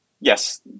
yes